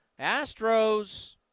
Astros